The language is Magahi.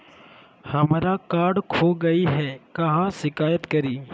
हमरा कार्ड खो गई है, कहाँ शिकायत करी?